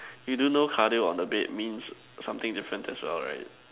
you do know cardio on the bed means something different as well right